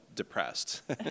depressed